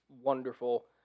wonderful